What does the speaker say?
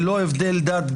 ללא הבדל דת,